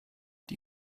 die